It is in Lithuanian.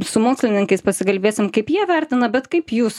su mokslininkais pasikalbėsim kaip jie vertina bet kaip jūs